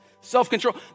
self-control